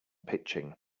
pitching